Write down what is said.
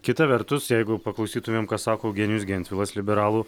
kita vertus jeigu paklausytumėm ką sako eugenijus gentvilas liberalų